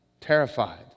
terrified